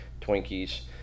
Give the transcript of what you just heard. Twinkies